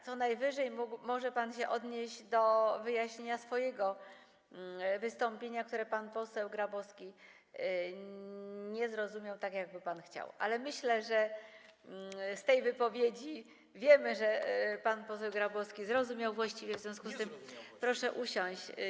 Co najwyżej może pan się odnieść do wyjaśnienia swojego wystąpienia, którego pan poseł Grabowski nie zrozumiał tak, jakby pan chciał, ale myślę, że z tej wypowiedzi wiemy, że pan poseł Grabowski zrozumiał właściwie, w związku z tym proszę usiąść.